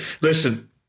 listen